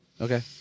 Okay